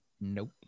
Nope